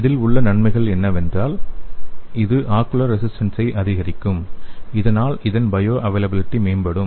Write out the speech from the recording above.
இதில் உள்ள நன்மைகள் என்னவென்றால் இது ஆகுலார் ரெஸிடென்சை அதிகரிக்கும் இதனால் இதன் பயொ அவைலபிலிடி மேம்படும்